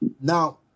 now